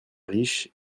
riches